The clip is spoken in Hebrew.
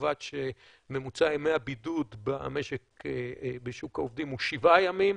קובע שממוצע ימי הבידוד בשוק העובדים הוא שבעה ימים,